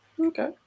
Okay